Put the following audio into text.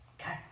okay